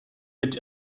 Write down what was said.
mit